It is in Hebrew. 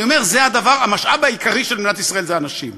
אני אומר שהמשאב העיקרי של מדינת ישראל זה אנשים,